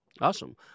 awesome